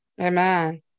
Amen